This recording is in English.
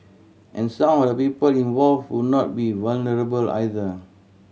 and some of the people involved would not be vulnerable either